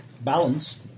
Balance